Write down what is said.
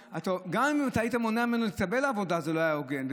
גם אם אתה היית מונע ממנו להתקבל לעבודה זה לא היה הוגן,